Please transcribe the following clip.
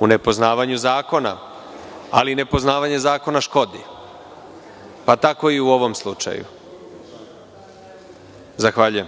u nepoznavanju zakona. Ali, nepoznavanje zakona škodi, pa tako i u ovom slučaju. Zahvaljujem.